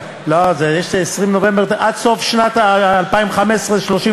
רצה להמליץ על הארכה לשנתיים